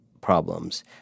problems